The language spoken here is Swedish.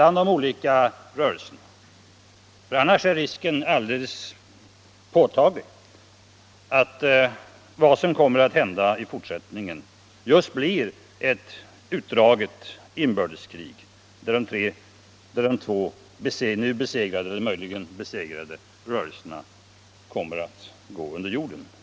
Annars är risken påtaglig att det kommer att bli ett utdraget inbördeskrig, där de besegrade rörelserna kommer att gå under jorden.